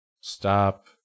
stop